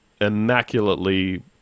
immaculately